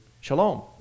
Shalom